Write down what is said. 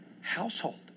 household